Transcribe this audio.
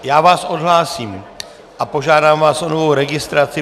Já vás odhlásím a požádám vás o novou registraci.